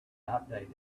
outdated